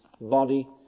body